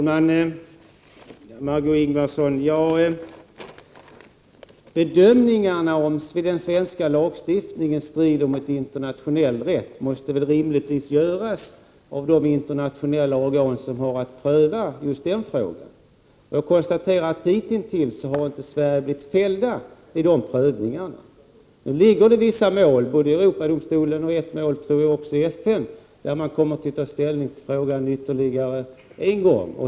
Herr talman! Bedömningarna av om den svenska lagstiftningen strider mot internationell rätt, Margé Ingvardsson, måste väl rimligtvis göras av de internationella organ som har att pröva just den frågan. Jag konstaterar att hitintills har inte Sverige fällts i de prövningarna. Nu ligger vissa mål i Europadomstolen och ett mål, tror jag, också i FN där man kommer att ta ställning till frågan ytterligare en gång.